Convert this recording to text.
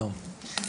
שלום.